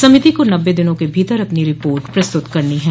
समिति को नब्बे दिनों के भीतर अपनी रिपोर्ट प्रस्तुत करनी है